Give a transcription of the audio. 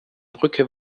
brücke